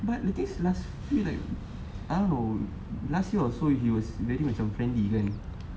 but the things last few like I don't know last year also he was very macam friendly kan